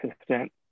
assistant